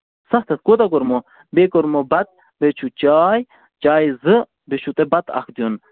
سَتھ ہَتھ کوتاہ کوٚرمو بیٚیہِ کوٚرمو بَتہٕ بیٚیہِ چھُو چاے چایہِ زٕ بیٚیہِ چھُو تۄہہِ بَتہٕ اَکھ دیُن